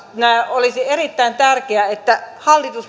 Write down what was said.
olisi erittäin tärkeää että hallitus myös